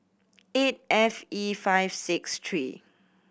eight F E five six three